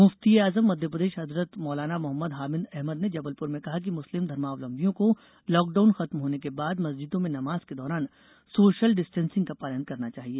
मुफ्ती ए आजम मध्यप्रदेश हजरत मौलाना मोहम्मद हामिद अहमद ने जबलपुर में कहा कि मुस्लिम धर्मावलबियों को लाकडाउन खत्म होने के बाद मस्जिदों में नमाज के दौरान सोशल डिस्टेंसिंग का पालन करना चाहिए